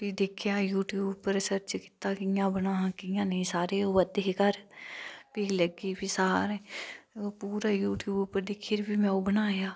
फ्ही दिखेआ यूटयूब पर सर्च किता कि कि'यां बना कि'यां नेईं सारे आवा दे हे घर फ्ही लग्गी फ्ही सारें पूरे यूटयूब पर दिक्खियै फ्ही में ओह् बनाया